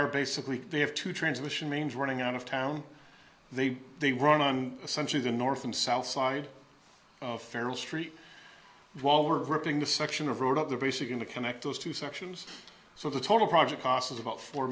are basically they have two transmission mains running out of town they they run on essentially the north and south side of feral street while ripping the section of road up the base again to connect those two sections so the total project cost of about four